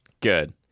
Good